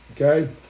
Okay